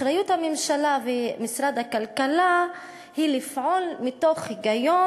אחריות משרד הכלכלה היא לפעול מתוך היגיון